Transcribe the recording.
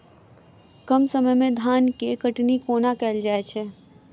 कम समय मे धान केँ कटनी कोना कैल जाय छै?